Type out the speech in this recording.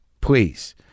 please